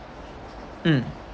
mm